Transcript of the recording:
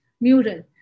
mural